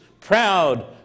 proud